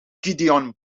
gideon